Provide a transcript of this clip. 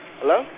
Hello